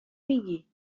میگی